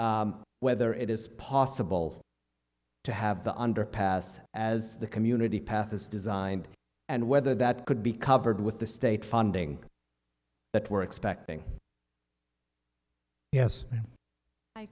include whether it is possible to have the underpass as the community path is designed and whether that could be covered with the state funding that we're expecting yes